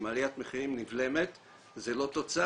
אם עליית המחירים נבלמת זה לא תוצאה,